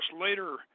later